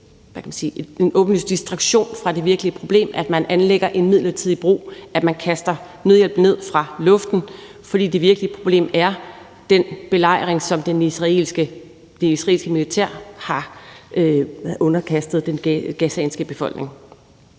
en åbenlys distraktion fra det virkelige problem, at man anlægger en midlertidig bro, og at man kaster nødhjælp ned fra luften, for det virkelige problem er den belejring, som det israelske militær har udsat befolkningen